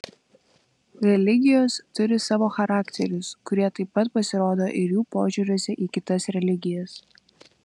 religijos turi savo charakterius kurie taip pat pasirodo ir jų požiūriuose į kitas religijas